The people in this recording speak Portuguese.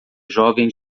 jovem